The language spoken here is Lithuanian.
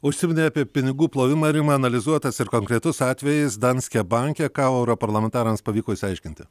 užsiminei apie pinigų plovimą rima analizuotas ir konkretus atvejis danske banke ką europarlamentarams pavyko išsiaiškinti